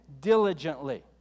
diligently